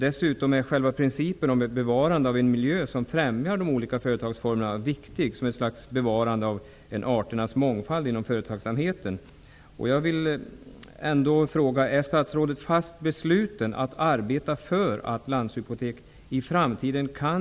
Dessutom är själva principen om ett bevarande av en miljö som främjar de olika företagsformerna viktig, som ett slags bevarande av en arternas mångfald inom företagsamheten.